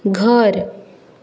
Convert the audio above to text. घर